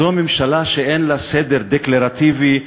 זו ממשלה שאין לה סדר דקלרטיבי,